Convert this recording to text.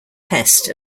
pest